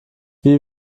wie